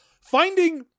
finding